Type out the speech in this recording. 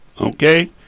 Okay